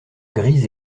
gris